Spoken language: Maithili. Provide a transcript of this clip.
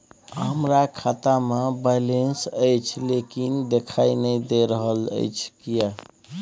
हमरा खाता में बैलेंस अएछ लेकिन देखाई नय दे रहल अएछ, किये?